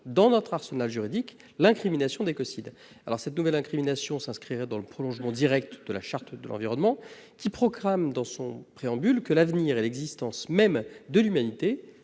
dans notre arsenal juridique, l'incrimination d'écocide. Cette nouvelle incrimination s'inscrirait dans le prolongement direct de la Charte de l'environnement, qui programme, dans son préambule, que « l'avenir et l'existence même de l'humanité